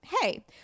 Hey